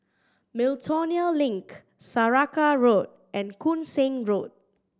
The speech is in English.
Miltonia Link Saraca Road and Koon Seng Road